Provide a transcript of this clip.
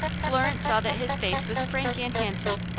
florence saw that his face was frank and handsome,